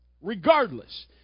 regardless